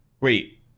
Wait